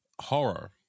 horror